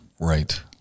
right